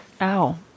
Ow